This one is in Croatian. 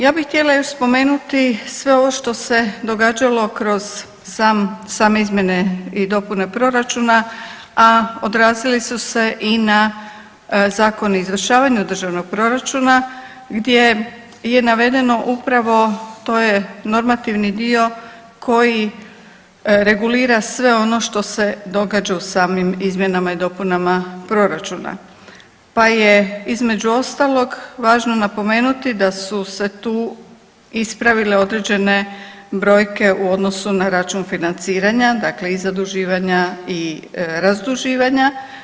Ja bih htjela još spomenuti sve ovo što se događalo kroz same izmjene i dopune proračuna, a odrazili su se i na Zakon o izvršavanju Državnog proračuna gdje je navedeno upravo, to je normativni dio koji regulira sve ono što se događa u samim izmjenama i dopunama proračuna, pa je između ostalog važno napomenuti da su se tu ispravile određene brojke u odnosu na račun financiranja, dakle i zaduživanja i razduživanja.